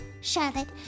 Charlotte